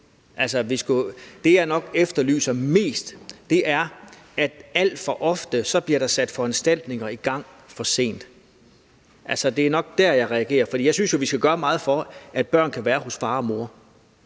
ikke er et mål i sig selv. Alt for ofte bliver der sat foranstaltninger i gang for sent, og det er nok dér, jeg reagerer, for jeg synes jo, at vi skal gøre meget for, at børn kan være hos deres far og mor